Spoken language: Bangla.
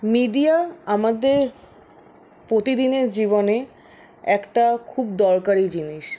মিডিয়া আমাদের প্রতিদিনের জীবনে একটা খুব দরকারি জিনিস